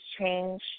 change